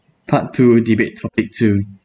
part two debate topic two